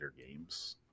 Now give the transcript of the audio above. games